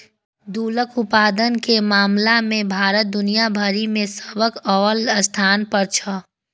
दुग्ध उत्पादन के मामला मे भारत दुनिया भरि मे सबसं अव्वल स्थान पर छै